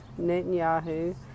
Netanyahu